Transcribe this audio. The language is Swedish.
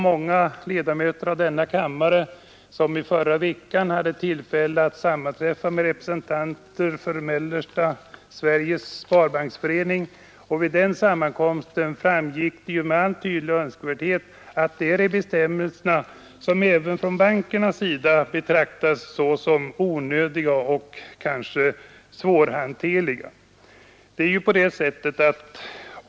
Många ledamöter av kammaren hade förra veckan tillfälle att sammanträffa med representanter för Mellersta Sveriges sparbanksförening. Vid den sammankomsten framgick det med all önskvärd tydlighet att bestämmelserna även av bankerna betraktas som onödiga och kanske svårhanterliga.